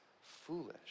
foolish